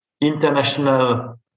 international